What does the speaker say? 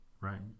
Right